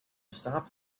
stop